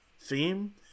theme